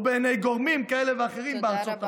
בעיני גורמים כאלה ואחרים בארצות הברית.